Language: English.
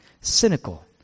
cynical